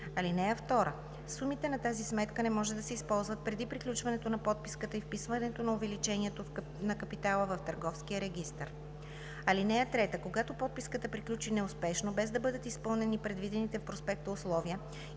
банка. (2) Сумите по тази сметка не могат да се използват преди приключването на подписката и вписването на увеличението на капитала в търговския регистър. (3) Когато подписката приключи неуспешно, без да бъдат изпълнени предвидените в проспекта условия,